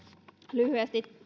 lyhyesti